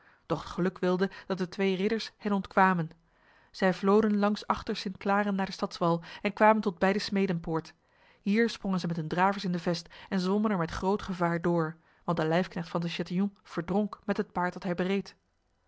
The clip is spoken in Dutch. het geluk wilde dat de twee ridders hen ontkwamen zij vloden langs achter st claren naar de stadswal en kwamen tot bij de smedenpoort hier sprongen zij met hun dravers in de vest en zwommen er met groot gevaar door want de lijfknecht van de chatillon verdronk met het paard dat hij bereed